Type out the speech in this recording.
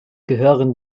gehören